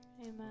Amen